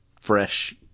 fresh